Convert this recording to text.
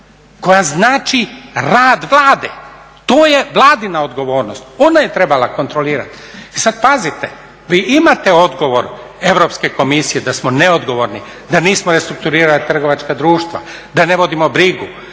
koja znači rad Vlade. To je Vladina odgovornost, ona je trebala kontrolirati. I sad pazite, vi imate odgovor Europske komisije da smo neodgovorni, da nismo restrukturirali trgovačka društva, da ne vodimo brigu,